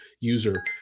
user